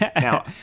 now